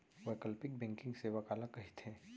वैकल्पिक बैंकिंग सेवा काला कहिथे?